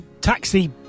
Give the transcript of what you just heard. taxi